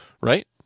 right